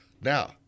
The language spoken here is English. Now